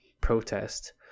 protest